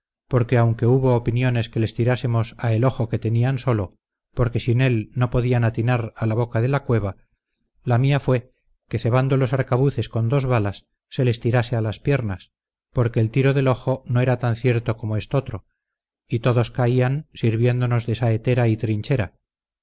porque aunque hubo opiniones que les tirásemos a el ojo que tenían solo porque sin él no podían atinar a la boca de la cueva la mía fue que cebando los arcabuces con dos balas se les tirase a las piernas porque el tiro del ojo no era tan cierto como estotro y todos caían sirviéndonos de saetera y trinchera